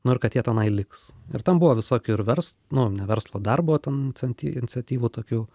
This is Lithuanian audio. nu ir kad jie tenai liks ir tam buvo visokių ir vers nu ne verslo darbo ten centi iniciatyvų tokių